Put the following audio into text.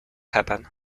happen